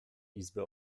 izby